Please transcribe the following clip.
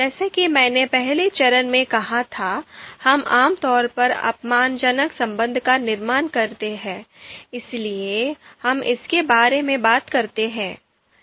जैसा कि मैंने पहले चरण में कहा था हम आम तौर पर अपमानजनक संबंध का निर्माण करते हैं इसलिए हम इसके बारे में बात करते हैं